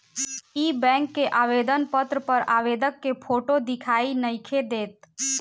इ बैक के आवेदन पत्र पर आवेदक के फोटो दिखाई नइखे देत